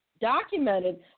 documented